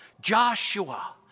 Joshua